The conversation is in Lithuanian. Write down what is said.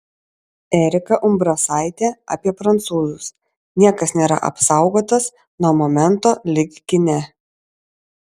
erika umbrasaitė apie prancūzus niekas nėra apsaugotas nuo momento lyg kine